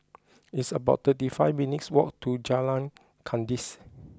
it's about thirty five minutes' walk to Jalan Kandis